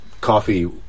coffee